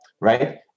right